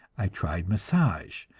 i tried massage,